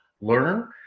learn